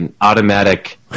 automatic